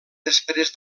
després